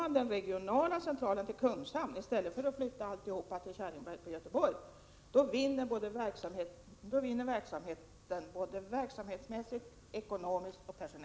Med anledning härav vill jag fråga: Är justitieministern beredd att medverka till att vid trafikolyckor narkotikaprov tas lika rutinmässigt som alkoholprov?